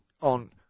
on